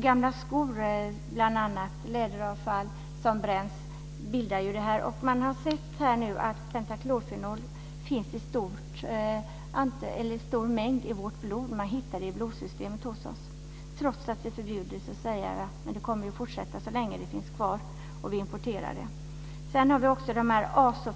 Gamla skor och läderavfall som bränns bildar detta. Man har sett att pentaklorfenol finns i stor mängd i vårt blod. Man hittar det i blodsystemet hos oss, trots att det är förbjudet, och det kommer att fortsätta att finnas så länge det finns kvar och vi importerar det. I importerade skor finns